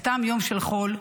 בסתם יום של חול,